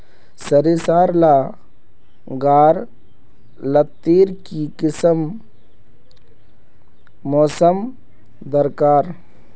सरिसार ला गार लात्तिर की किसम मौसम दरकार?